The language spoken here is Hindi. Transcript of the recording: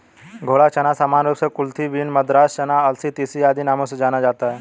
घोड़ा चना सामान्य रूप से कुलथी बीन, मद्रास चना, अलसी, तीसी आदि नामों से जाना जाता है